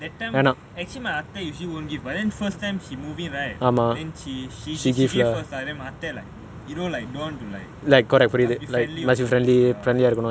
that time actually my அத்தை:atthai usually won't give but then first time she move in right then she give first like then my அத்தை:atthai like you know like don't want to like must be friendly also